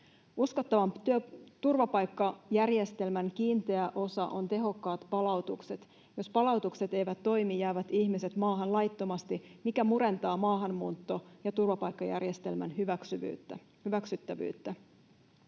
Uskottavan turvapaikkajärjestelmän kiinteä osa on tehokkaat palautukset. Jos palautukset eivät toimi, jäävät ihmiset maahan laittomasti, mikä murentaa maahanmuutto- ja turvapaikkajärjestelmän hyväksyttävyyttä.